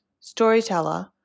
storyteller